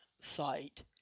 site